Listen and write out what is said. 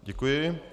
Děkuji.